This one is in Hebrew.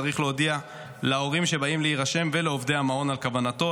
צריך להודיע להורים שבאים להירשם ולעובדי המעון על כוונתו.